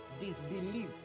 disbelieve